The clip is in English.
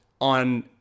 on